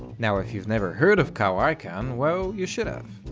now, if you've never heard of carl icahn, well, you should have.